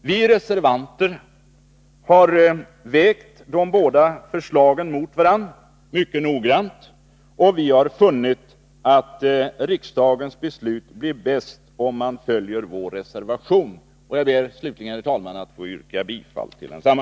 Vi reservanter har mycket noggrant vägt de båda förslagen mot varandra. Och vi har funnit att riksdagens beslut blir bäst om man följer vår reservation. Jag ber slutligen, herr talman, att få yrka bifall till densamma.